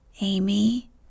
Amy